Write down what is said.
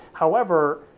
however,